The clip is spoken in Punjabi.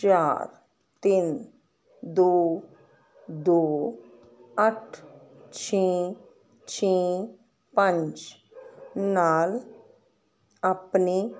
ਚਾਰ ਤਿੰਨ ਦੋ ਦੋ ਅੱਠ ਛੇ ਛੇ ਪੰਜ ਨਾਲ ਆਪਣੇ